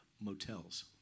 motels